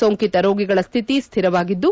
ಸೋಂಕಿತ ರೋಗಿಗಳ ಸ್ವಿತಿ ಸ್ವಿರವಾಗಿದ್ದು